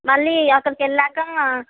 మళ్ళీ అక్కడకి వెళ్ళాకా